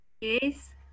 Yes